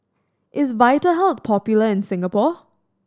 is Vitahealth popular in Singapore